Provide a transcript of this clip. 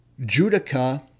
Judica